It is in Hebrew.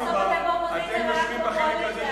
אבל בסוף אתם באופוזיציה ואנחנו בקואליציה,